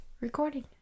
recording